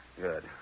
Good